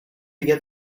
get